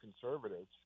conservatives